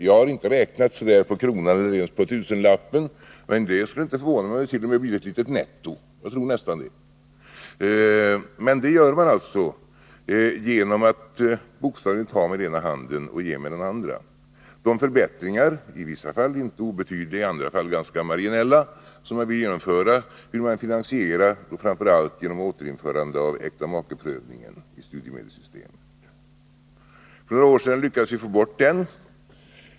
Jag har inte räknat så där på kronan eller ens på tusenlappen, men det skulle inte förvåna mig, om det t.o.m. blir ett litet netto; jag tror nästan det. Det åstadkommer man emellertid genom att bokstavligen ta med den ena handen och ge med den andra. De förbättringar — i vissa fall inte obetydliga, i andra fall ganska marginella — som man vill genomföra vill man finansiera framför allt genom återinförande av äktamakeprövningen i studiemedelssystemet. För några år sedan lyckades vi få bort äktamakeprövningen.